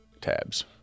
tabs